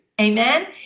Amen